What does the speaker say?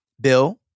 Bill